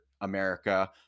America